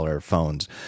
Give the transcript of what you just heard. phones